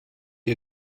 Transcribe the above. ihr